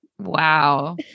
Wow